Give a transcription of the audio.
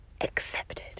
accepted